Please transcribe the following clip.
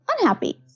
unhappy